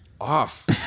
off